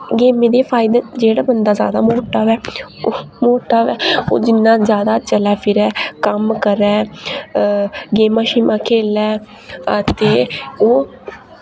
गेमें दे एह् फायदे न जेह्ड़ा बंदा ज्यादा मोटा होऐ मोटा होऐ ओह् जिन्ना ज्यादा चलै फिरै कम्म करै गेमां शेमां खेलै हां ते ओह्